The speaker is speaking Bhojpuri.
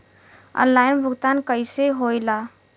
ऑनलाइन भुगतान कैसे होए ला?